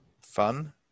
Fun